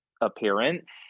appearance